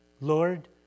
Lord